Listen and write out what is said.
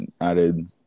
added